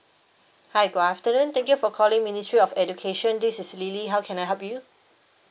hi good afternoon thank you for calling ministry of education this is lily how can I help you